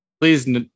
Please